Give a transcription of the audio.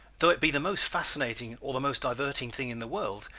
though it be the most fascinating or the most diverting thing in the world,